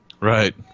Right